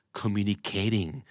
communicating